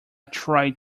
tried